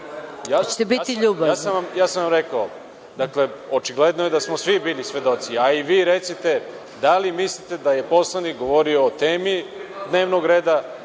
Ja sam vam rekao. Dakle, očigledno je da smo svi bili svedoci, a i vi recite da li mislite da je poslanik govorio o temi dnevnog reda,